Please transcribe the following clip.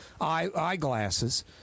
eyeglasses